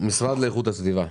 המשרד לאיכות הסביבה,